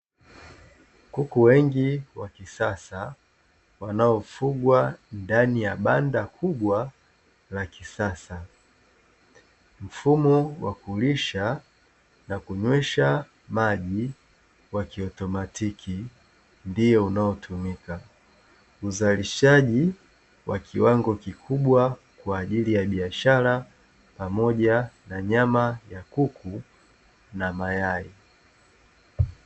Kuku wengi wakisas wanaofugwa ndani ya banda kubwa linaloonyesha uzalishaji likionyesha uuzaji bora wakuku wa nyama